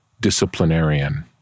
disciplinarian